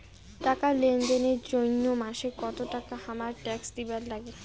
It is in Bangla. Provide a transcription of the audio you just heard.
টাকা লেনদেন এর জইন্যে মাসে কত টাকা হামাক ট্যাক্স দিবার নাগে?